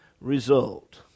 result